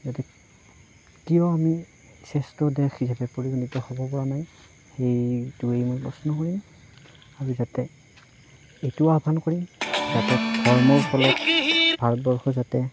কিয় আমি শ্ৰেষ্ঠ দেশ হিচাপে পৰিগণিত হ'ব পৰা নাই সেইটোৱে মই প্ৰশ্ন কৰিম আৰু যাতে আৰু এইটোও আহ্বান কৰিম যাতে ধৰ্মৰ ফলত ভাৰতবৰ্ষ যাতে